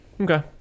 Okay